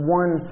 one